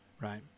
Right